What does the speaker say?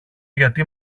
γιατί